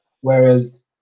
whereas